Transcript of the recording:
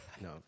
No